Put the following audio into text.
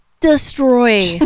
destroy